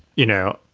you know,